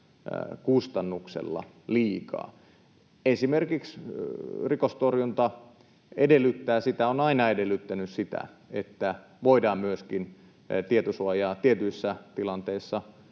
kustannuksella. Esimerkiksi rikostorjunta edellyttää sitä, on aina edellyttänyt sitä, että voidaan myöskin tietosuojaa tietyissä tilanteissa